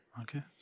Okay